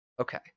okay